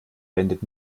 wendet